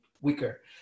weaker